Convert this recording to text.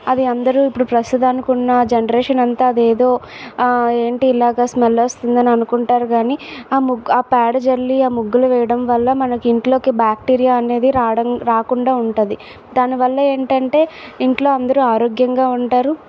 అది అందరు ఇప్పుడు ప్రస్తుతానికి ఉన్న జనరేషన్ అంతా అది ఏదో ఏంటి ఇలాగ స్మెల్ వస్తుందిని అనుకుంటారు కానీ ఆ ముగ్గు ఆ పేడ చల్లి ఆ ముగ్గులు వేయడం వల్ల మనకు ఇంట్లోకి బ్యాక్టీరియా అనేది రావడం రాకుండా ఉంటుంది దానివల్ల ఏంటంటే ఇంట్లో అందరు ఆరోగ్యంగా ఉంటారు